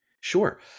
Sure